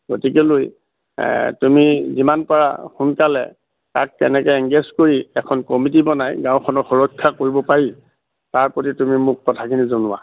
গতিকেলৈ তুমি যিমান পাৰা সোনকালে তাক কেনেকৈ এংগেজ কৰি এখন কমিটি বনাই গাঁওখনক সুৰক্ষা কৰিব পাৰি তাৰ প্ৰতি তুমি মোক কথাখিনি জনোৱা